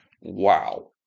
Wow